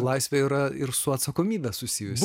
laisvė yra ir su atsakomybe susijusi